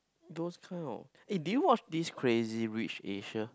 those kind of eh did you watch this Crazy Rich Asian